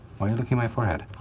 why are you looking my forehead?